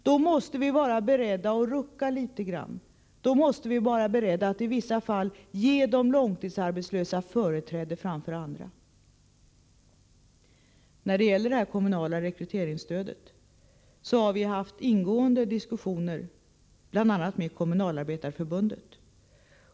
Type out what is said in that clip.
Då måste vi vara beredda att rucka litet grand på ordningen, då måste vi vara beredda att i vissa fall ge de långtidsarbetslösa företräde framför andra. Om det kommunala rekryteringsstödet har vi haft ingående diskussioner, bl.a. med Kommunalarbetareförbundet.